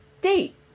date